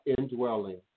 indwelling